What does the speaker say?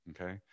Okay